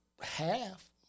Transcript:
half